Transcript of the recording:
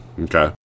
Okay